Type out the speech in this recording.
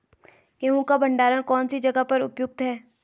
गेहूँ का भंडारण कौन सी जगह पर उपयुक्त है?